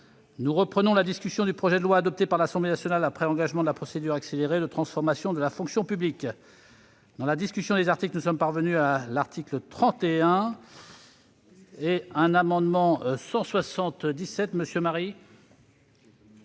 Nous reprenons la discussion du projet de loi, adopté par l'Assemblée nationale après engagement de la procédure accélérée, de transformation de la fonction publique. Dans la discussion des articles, nous en sommes parvenus à l'article 31. L'amendement n° 177 rectifié,